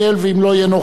ואם לא יהיה נוכח,